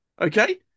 Okay